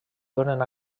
donen